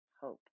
hope